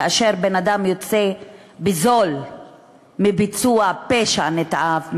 כאשר בן-אדם יוצא בזול מביצוע פשע נתעב,